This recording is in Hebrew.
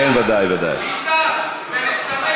ביטן, זה להשתמש